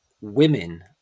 women